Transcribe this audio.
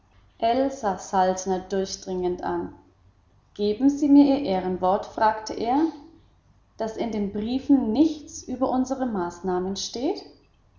durchdringend an geben sie mir ihr ehrenwort fragte er daß in ihren briefen nichts über unsre maßnahmen steht